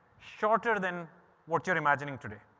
shorter than what you're imagining today.